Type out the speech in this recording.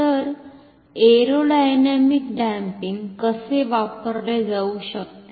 तर aerodynamic damping कसे वापरले जाऊ शकते